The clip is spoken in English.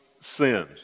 sins